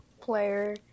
player